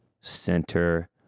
center